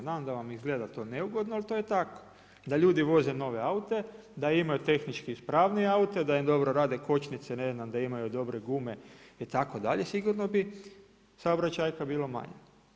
Znam da vam izgleda to neugodno ali to je tako, da ljudi voze nove aute, da imaju tehnički ispravnije aute, da im dobro rade kočnice, ne znam da imaju dobre gume itd., sigurno bi saobraćajka bilo manje.